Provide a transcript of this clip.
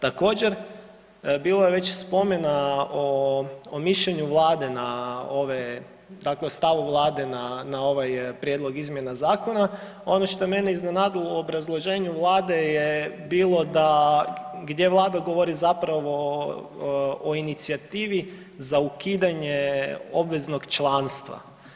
Također bilo je već spomena o mišljenju Vlade na ove dakle o stavu Vlade na ovaj prijedlog izmjena zakona, ono što je mene iznenadilo u obrazloženju Vlade je bilo gdje Vlada govori zapravo o inicijativi za ukidanje obveznog članstva.